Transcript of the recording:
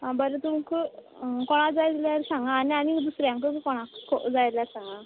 आं बरें तुमका कोणा जाय जाल्यार सांगा आनी दुसऱ्याकय कोणाक जाय जाल्यार सांगा